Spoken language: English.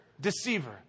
deceiver